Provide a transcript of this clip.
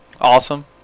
awesome